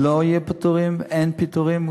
לא יהיו פיטורים, אין פיטורים.